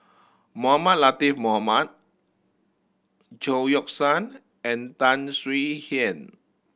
Mohamed Latiff Mohamed Chao Yoke San and Tan Swie Hian